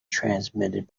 transmitted